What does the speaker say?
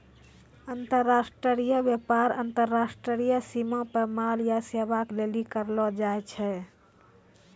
अन्तर्राष्ट्रिय व्यापार अन्तर्राष्ट्रिय सीमा पे माल या सेबा के लेली करलो जाय छै